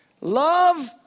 Love